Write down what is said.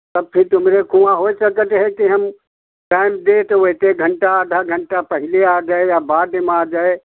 तब फिर तुमरे के हुआँ हो सकत है की हम टाइम दे के एक घंटा आधा घंटा पहले आ जाय या बाद मे आ जाय